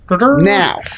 Now